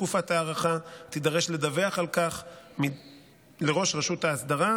תקופת ההארכה תידרש לדווח על כך לראש רשות האסדרה,